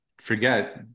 forget